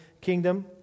kingdom